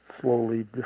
slowly